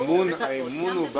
האמון,